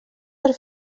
per